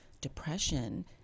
depression